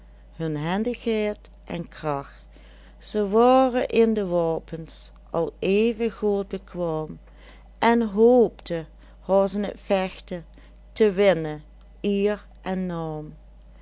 hun hendigheid en kracht ze waoren in de waopens al even good bekwaom en hoopden haost in t vechten te winnen ier en